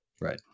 Right